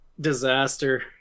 disaster